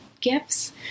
gifts